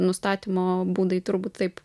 nustatymo būdai turbūt taip